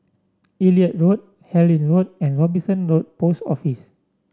Elliot Road Harlyn Road and Robinson Road Post Office